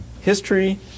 history